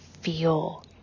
feel